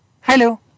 Hello